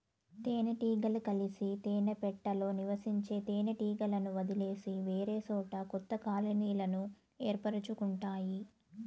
తేనె టీగలు కలిసి తేనె పెట్టలో నివసించే తేనె టీగలను వదిలేసి వేరేసోట కొత్త కాలనీలను ఏర్పరుచుకుంటాయి